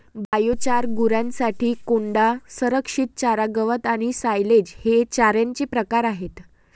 biochar, गुरांसाठी कोंडा, संरक्षित चारा, गवत आणि सायलेज हे चाऱ्याचे प्रकार आहेत